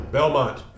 Belmont